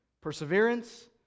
perseverance